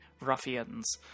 ruffians